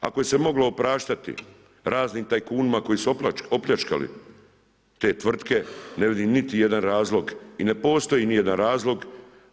Ako se moglo opraštati raznim tajkunima koji su opljačkali te tvrtke, ne vidim niti jedan razlog, i ne postoji ni jedan razlog,